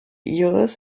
iris